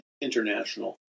international